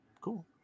cool